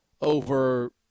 over